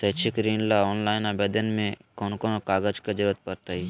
शैक्षिक ऋण ला ऑनलाइन आवेदन में कौन कौन कागज के ज़रूरत पड़तई?